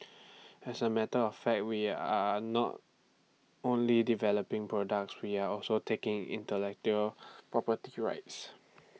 as A matter of fact we are not only developing products we are also taking intellectual property rights